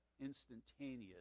instantaneous